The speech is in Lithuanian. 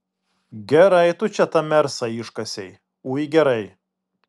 gerai tu čia tą mersą iškasei ui gerai